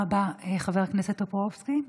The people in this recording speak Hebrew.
תודה רבה, חבר הכנסת טופורובסקי.